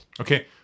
Okay